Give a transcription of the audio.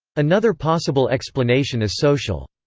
another possible explanation is social.